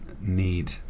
need